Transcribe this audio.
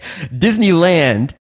Disneyland